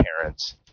parents